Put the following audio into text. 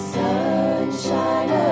sunshine